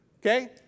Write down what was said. Okay